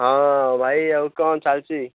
ହଁ ଭାଇ ଆଉ କ'ଣ ଚାଲିଛି